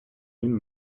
він